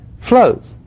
flows